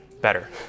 better